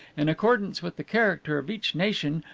in accordance with the character of each nation,